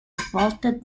vaulted